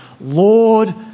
Lord